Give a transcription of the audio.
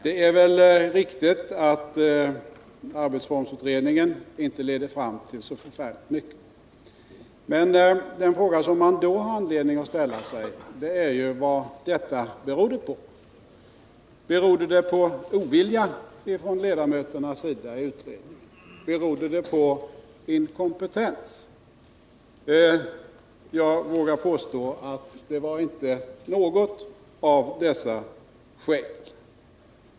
Det är riktigt att arbetsformsutredningen inte ledde fram till så förfärligt mycket. Den frågan man då har anledning att ställa sig är vad detta berodde på. Berodde det på ovilja från ledamöternas sida i utredningen eller på inkompetens? Jag vågar påstå att det inte var något av dessa skäl.